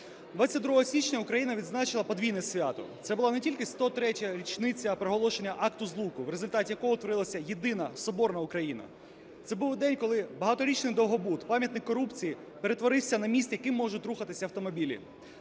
22 січня Україна відзначила подвійне свято. Це була не тільки 103-я річниця проголошення Акта Злуки, в результаті якого утворилася єдина соборна Україна, це був день, коли багаторічний довгобуд, пам'ятник корупції перетворився на міст, яким можуть рухатись автомобілі.